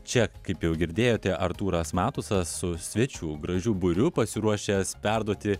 čia kaip jau girdėjote artūras matusas su svečių gražiu būriu pasiruošęs perduoti